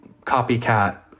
copycat